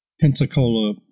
Pensacola